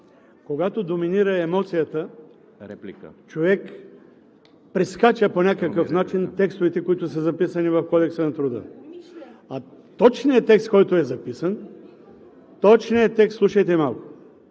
когато доминира емоцията, човек прескача по някакъв начин текстовете, които са записани в Кодекса на труда. А точният текст, който е записан, точният текст (реплики), слушайте малко,